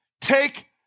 take